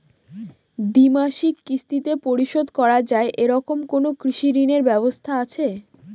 দ্বিমাসিক কিস্তিতে পরিশোধ করা য়ায় এরকম কোনো কৃষি ঋণের ব্যবস্থা আছে?